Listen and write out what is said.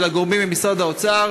ולגורמים ממשרד האוצר.